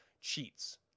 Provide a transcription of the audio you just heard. cheats